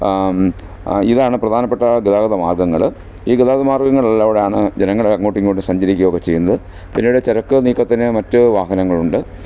ഇതാണ് പ്രധാനപ്പെട്ട ഗതാഗത മാർഗ്ഗങ്ങൾ ഈ ഗതാഗത മാർഗ്ഗങ്ങളിലൂടെയാണ് ജനങ്ങൾ അങ്ങോട്ടും ഇങ്ങോട്ടും സഞ്ചരിക്കുകയൊക്കെ ചെയ്യുന്നത് പിന്നീട് ചരക്ക് നീക്കത്തിന് മറ്റു വാഹനങ്ങളുണ്ട്